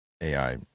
AI